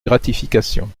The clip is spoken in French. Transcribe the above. gratification